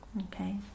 okay